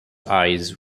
eyes